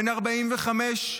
בן 45,